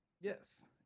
Yes